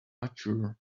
mature